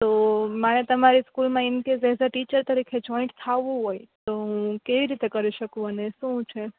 તો મારે તમારી સ્કૂલમાં in case as a teacher તરીકે જોઈન્ટ થાવું હોય તો હું કેવી રીતે કરી શકું અને શું છે